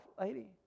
lady